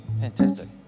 Fantastic